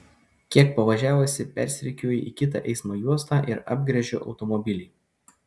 kiek pavažiavusi persirikiuoju į kitą eismo juostą ir apgręžiu automobilį